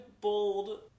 bold